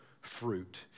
fruit